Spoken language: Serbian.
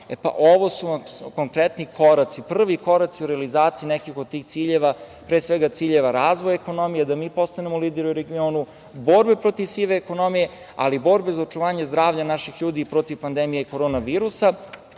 ovo su vam konkretni koraci, prvi koraci u realizaciji nekih od tih ciljeva, pre svega ciljeva razvoja ekonomije, da mi postanemo lideri u regionu, borbe protiv sive ekonomije, ali i borbe za očuvanje zdravlja naših ljudi i protiv pandemije korona virusa,